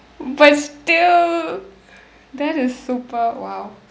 but still that is super !wow!